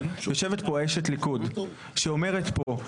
יושבת פה אשת ליכוד שאומרת פה,